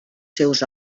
seus